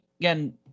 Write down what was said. again